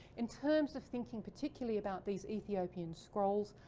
in terms of thinking particularly about these ethiopian scrolls,